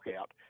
out